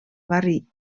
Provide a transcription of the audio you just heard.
barri